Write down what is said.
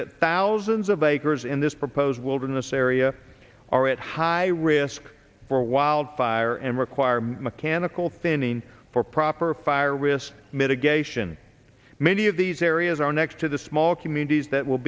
that thousands of acres in this proposed wilderness area are at high risk for wildfire and require mechanical thinning for proper fire risk mitigation many of these areas are next to the small communities that will